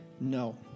No